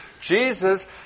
Jesus